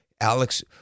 Alex